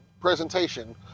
presentation